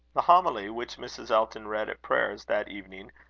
the homily which mrs. elton read at prayers that evening,